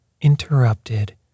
interrupted